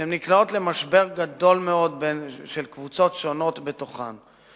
שהן נקלעות למשבר גדול מאוד של קבוצות שונות בתוכן.